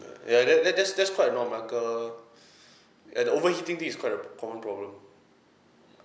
ya that that that's that's quite a norm like err and overheating thing is quite a common problem